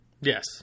Yes